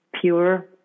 pure